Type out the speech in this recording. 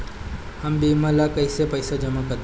हम बीमा ला कईसे पईसा जमा करम?